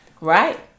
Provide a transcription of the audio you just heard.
right